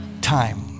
time